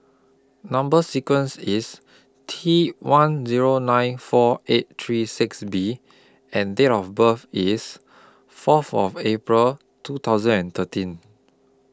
Number sequence IS T one Zero nine four eight three six B and Date of birth IS Fourth of April two thousand and thirteen